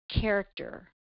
character